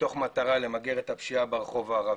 מתוך מטרה למגר את הפשיעה ברחוב הערבי.